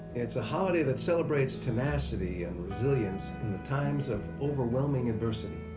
it's a holiday that celebrates tenacity and resilience in the times of overwhelming adversity.